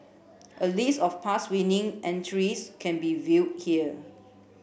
a list of past winning entries can be viewed here